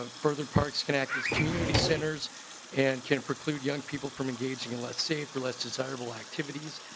ah further parts connections community centers and can't preclude young people from engaging in less safe or less desirable activities.